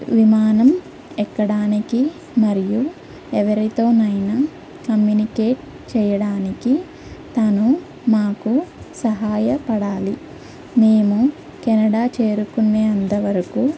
విమానం ఎక్కడానికి మరియు ఎవరితోనైనా కమ్యూనికేట్ చేయడానికి తను మాకు సహాయపడాలి మేము కెనడా చేరుకునే అంతవరకు